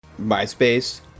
MySpace